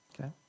Okay